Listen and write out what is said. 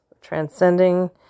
transcending